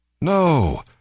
No